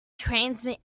transmit